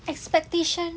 expectation